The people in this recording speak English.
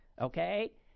Okay